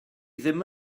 ddim